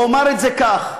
ואומַר את זה כך,